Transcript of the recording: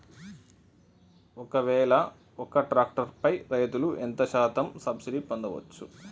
ఒక్కవేల ఒక్క ట్రాక్టర్ పై రైతులు ఎంత శాతం సబ్సిడీ పొందచ్చు?